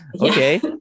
Okay